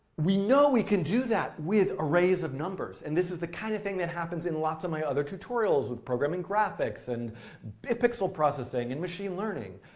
we know we can do that with arrays of numbers. and this is the kind of thing that happens in lots of my other tutorials with programming graphics, and pixel processing and machine learning.